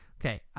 Okay